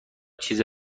چیز